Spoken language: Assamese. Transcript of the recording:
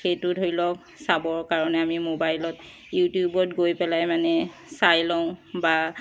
সেইটো ধৰি লওক চাবৰ কাৰণে আমি মোবাইলত ইউটিউবত গৈ পেলাই মানে চাই লওঁ বা